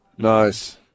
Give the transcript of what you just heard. Nice